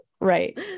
right